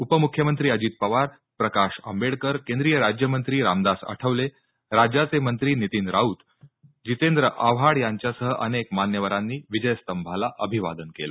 उपमुख्यमंत्री अजित पवार प्रकाश आंबेडकर केंद्रीय राज्यमंत्री रामदास आठवले राज्याचे मंत्री नितीन राऊत जितेंद्र आव्हाड यांच्यासह अनेक मान्यवरांनी विजय स्तंभाला अभिवादन केलं